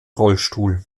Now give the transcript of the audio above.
rollstuhl